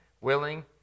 willing